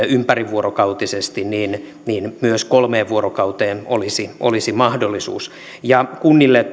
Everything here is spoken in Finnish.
ympärivuorokautisesti myös kolmeen vuorokauteen olisi olisi mahdollisuus ja kunnille